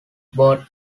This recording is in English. born